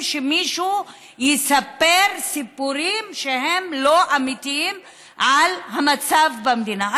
שמישהו יספר סיפורים שהם לא אמיתיים על המצב במדינה.